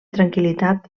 tranquil·litat